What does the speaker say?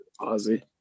Ozzy